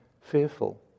fearful